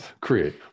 create